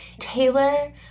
Taylor